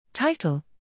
Title